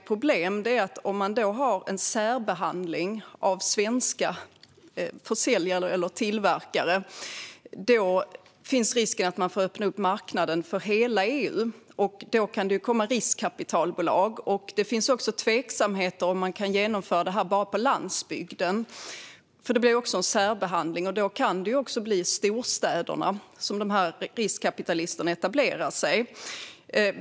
Problemet är dock att en särbehandling av svenska tillverkare riskerar att leda till att man måste öppna upp marknaden för hela EU, och då kan det komma riskkapitalbolag. Det är också tveksamt om detta kan införas bara på landsbygden, för det är också en särbehandling. Då kan riskkapitalisterna etablera sig även i storstäderna.